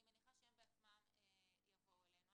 אני מניחה שהם בעצמם יבואו אלינו.